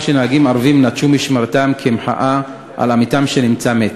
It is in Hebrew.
שנהגים ערבים נטשו את משמרתם כמחאה על כך שעמיתם נמצא מת.